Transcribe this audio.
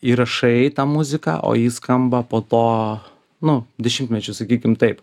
įrašai tą muziką o ji skamba po to nu dešimtmečius sakykim taip